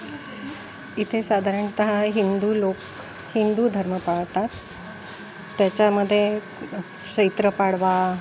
इथे साधारणतः हिंदू लोक हिंदू धर्म पाळतात त्याच्यामध्ये चैत्र पाडवा